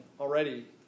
already